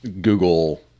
Google